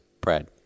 Brad